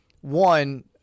one—